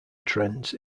trends